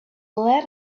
lead